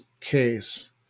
case